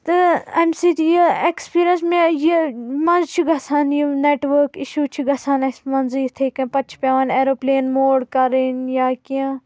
تہٕ امہِ سۭتۍ یہ ایکسپیٖرِینس مےٚ یہ منٛز چھُ گژھان یہ نیٹورک اِشوٗ چھِ گژھان اسہِ منٛزٕ یِتھی کٔنۍ پتہٕ چھُ پیوان ایروپلین موڈ کرُن یا کینٛہہ